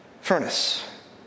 furnace